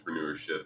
entrepreneurship